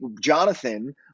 Jonathan